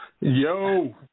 Yo